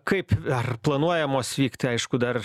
kaip ar planuojamos vykti aišku dar